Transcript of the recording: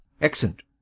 excellent